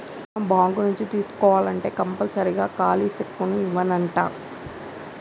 మనం బాంకు నుంచి తీసుకోవాల్నంటే కంపల్సరీగా ఖాలీ సెక్కును ఇవ్యానంటా